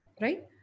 Right